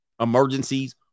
emergencies